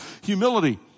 Humility